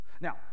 Now